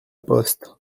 poste